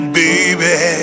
baby